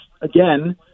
again